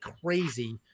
crazy